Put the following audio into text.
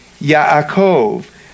Yaakov